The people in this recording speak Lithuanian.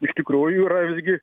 iš tikrųjų yra visgi